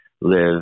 live